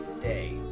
day